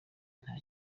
nta